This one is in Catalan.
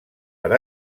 per